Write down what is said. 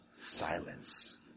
silence